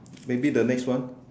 maybe the next one